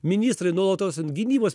ministrai nuolatos ten gynybos